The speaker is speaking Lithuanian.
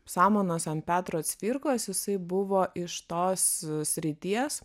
samanos ant petro cvirkos jisai buvo iš tos srities